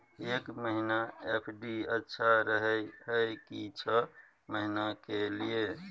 एक महीना एफ.डी अच्छा रहय हय की छः महीना के लिए?